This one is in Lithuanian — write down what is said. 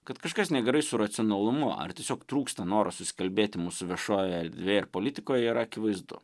kad kažkas negerai su racionalumu ar tiesiog trūksta noro susikalbėti mūsų viešojoje erdvėj ir politikoj yra akivaizdu